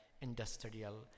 Industrial